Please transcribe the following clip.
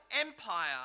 empire